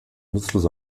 nutzlos